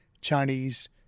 Chinese